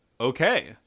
Okay